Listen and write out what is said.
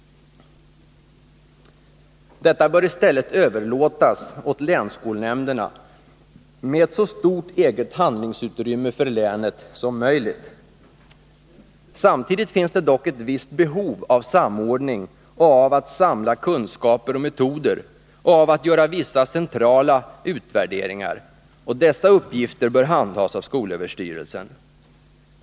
Detta bör i stället överlåtas åt länsskolnämnderna med så stort eget handlingsutrymme för länet som möjligt. Samtidigt finns det dock ett visst behov av samordning och av att samla kunskaper och metoder samt av att göra vissa centrala utvärderingar, och dessa uppgifter bör handhas av skolöverstyrelsen.